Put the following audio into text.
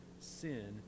sin